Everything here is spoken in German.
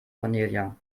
cornelia